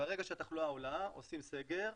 ברגע שהתחלואה עולה עושים סגר,